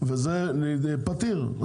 וזה פתיר.